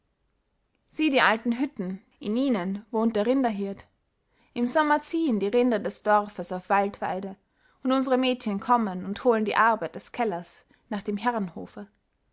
sieh die alten hütten in ihnen wohnt der rinderhirt im sommer ziehen die rinder des dorfes auf waldweide und unsere mädchen kommen und holen die arbeit des kellers nach dem herrenhofe